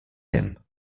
him